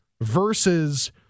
versus